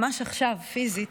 ממש עכשיו פיזית,